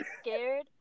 scared